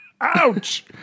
Ouch